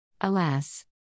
Alas